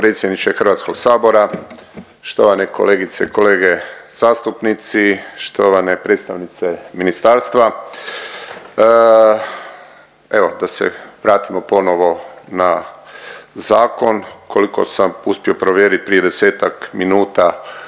potpredsjedniče Hrvatskog sabora, štovane kolegice i kolege zastupnici, štovane predstavnice ministarstva. Evo da se vratimo ponovo na zakon. Koliko sam uspio provjeriti prije desetak minuta